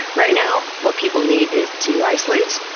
right now, what people need is to isolate,